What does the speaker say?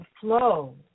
flow